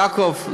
יעקב,